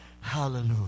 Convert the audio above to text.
Hallelujah